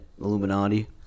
Illuminati